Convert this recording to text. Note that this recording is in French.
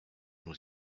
nous